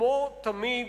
כמו תמיד,